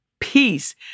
Peace